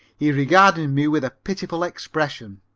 he regarded me with a pitiful expression.